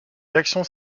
actions